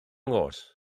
nghoes